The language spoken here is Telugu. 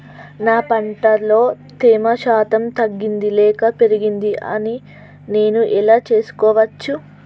నా పంట లో తేమ శాతం తగ్గింది లేక పెరిగింది అని నేను ఎలా తెలుసుకోవచ్చు?